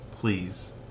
Please